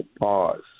pause